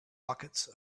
buckets